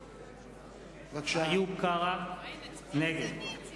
(קורא בשמות חברי הכנסת)